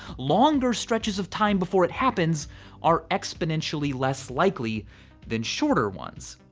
longer stretches of time before it happens are exponentially less likely than shorter ones.